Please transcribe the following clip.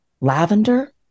lavender